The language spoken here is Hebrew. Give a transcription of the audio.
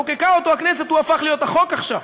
חוקקה אותו הכנסת, הוא הפך להיות החוק עכשיו.